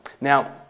Now